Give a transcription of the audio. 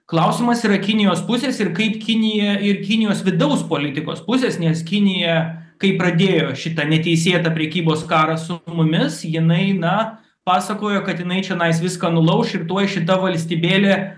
klausimas yra kinijos pusės ir kaip kinija ir kinijos vidaus politikos pusės nes kinija kai pradėjo šitą neteisėtą prekybos karą su mumis jinai na pasakojo kad jinai čianais viską nulauš ir tuoj šita valstybėlė